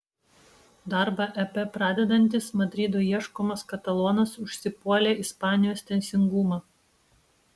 darbą ep pradedantis madrido ieškomas katalonas užsipuolė ispanijos teisingumą